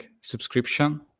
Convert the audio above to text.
subscription